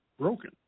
broken